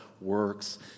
works